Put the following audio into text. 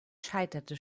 scheiterte